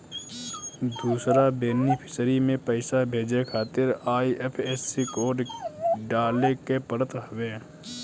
दूसरा बेनिफिसरी में पईसा भेजे खातिर आई.एफ.एस.सी कोड डाले के पड़त हवे